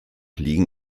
liegen